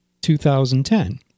2010